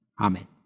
Amen